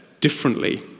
differently